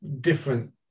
different